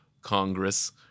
Congress